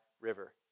River